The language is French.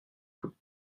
coûte